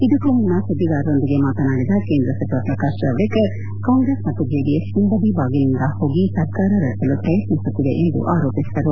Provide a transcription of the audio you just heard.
ಇದಕ್ಕೂ ಮುನ್ನ ಸುದ್ದಿಗಾರರೊಂದಿಗೆ ಮಾತನಾಡಿದ ಕೇಂದ್ರ ಸಚಿವ ಪ್ರಕಾಶ್ ಜಾವಡೇಕರ್ ಕಾಂಗ್ರೆಸ್ ಮತ್ತು ಜೆಡಿಎಸ್ ಹಿಂಬದಿ ಬಾಗಿಲಿನಿಂದ ಹೋಗಿ ಸರ್ಕಾರ ರಚಿಸಲು ಪ್ರಯತ್ನಿಸುತ್ತಿದೆ ಎಂದು ಆರೋಪಿಸಿದರು